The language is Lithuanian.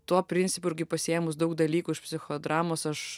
tuo principu irgi pasiėmus daug dalykų iš psichodramos aš